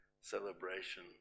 celebration